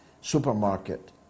supermarket